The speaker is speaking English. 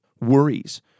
worries